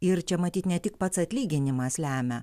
ir čia matyt ne tik pats atlyginimas lemia